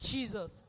Jesus